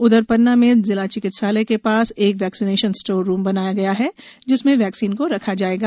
उधर पन्ना में जिला चिकित्सालय के पास एक वैक्सीनेशन स्टोर रूम बनाया गया है जिसमें वैक्सीन को रखा जाएगा